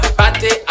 party